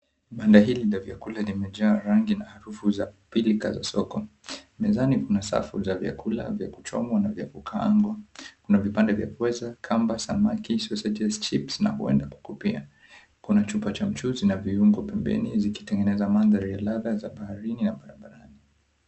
Banda hili la vyakula limejaa rangi na harufu za pilka za soko. Mezani kuna safu za vyakula vya kuchomwa na vya kukaangwa, kuna vipande vya pweza, kamba, samaki, sausages, chips na huenda kuku pia. Kuna chupa cha mchuzi na viungo pembeni zikitengeneza mandhari ya ladha za baharini na barabarani.